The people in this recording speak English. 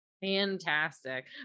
Fantastic